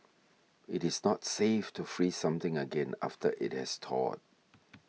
it is not safe to freeze something again after it has thawed